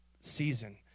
season